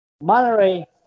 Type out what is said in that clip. Monterey